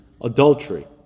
adultery